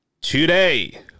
today